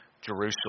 Jerusalem